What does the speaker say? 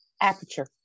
aperture